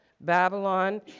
Babylon